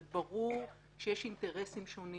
זה ברור שיש אינטרסים שונים